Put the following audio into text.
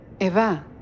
Eva